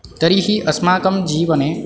तर्हि अस्माकं जीवने